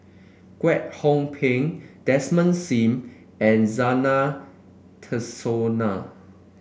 Kwek Hong Png Desmond Sim and Zena Tessensohn